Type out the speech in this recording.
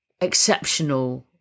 exceptional